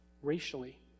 racially